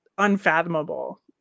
unfathomable